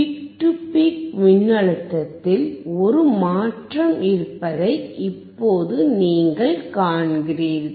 peak to peak மின்னழுத்தத்தில் ஒரு மாற்றம் இருப்பதை இப்போது நீங்கள் காண்கிறீர்கள்